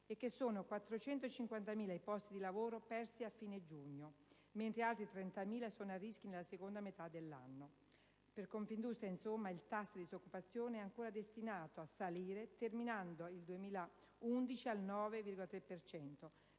e che sono 450.000 i posti di lavoro persi a fine giugno, mentre altri 30.000 sono a rischio nella seconda metà dell'anno. Per Confindustria, insomma, il tasso di disoccupazione è ancora destinato a salire, terminando nel 2011 al 9,3